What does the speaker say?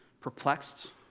Perplexed